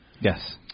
Yes